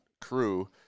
crew